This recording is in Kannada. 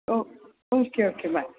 O okay okay by